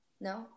No